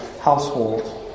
household